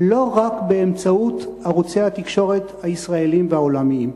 לא רק באמצעות ערוצי התקשורת הישראליים והעולמיים.